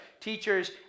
teachers